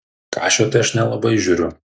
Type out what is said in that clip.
kašio tai aš nelabai žiūriu